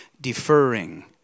deferring